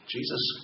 Jesus